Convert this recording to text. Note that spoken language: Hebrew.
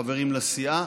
חברים לסיעה.